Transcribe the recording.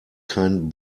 kein